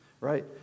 Right